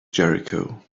jericho